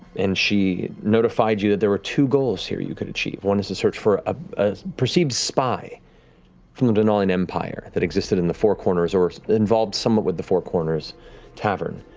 and she notified you that there were two goals here you could achieve, one is to search for a perceived spy from the dwendalian empire that existed in the four corners, or involved somewhat with the four corners tavern.